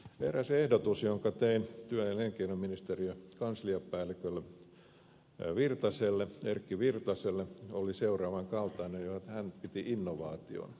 eräs ehdotus jonka tein työ ja elinkeinoministeriön kansliapäällikkö erkki virtaselle oli seuraavan kaltainen ja hän piti sitä innovaationa